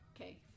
Okay